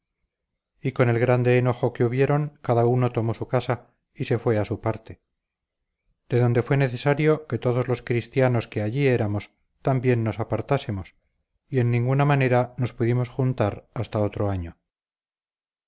y con el grande enojo que hubieron cada uno tomó su casa y se fue a su parte de donde fue necesario que todos los cristianos que allí éramos también nos apartásemos y en ninguna manera nos pudimos juntar hasta otro año